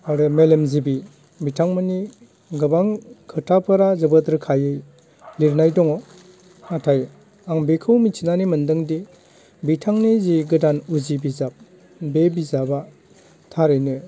आरो मेलेमजिबि बिथांमोननि गोबां खोथाफोरा जोबोद रोखायै लिरनाय दङ नाथाय आं बेखौ मिथिनानै मोनदोंदि बिथांनि जि गोदान उजि बिजाब बे बिजाबा थारैनो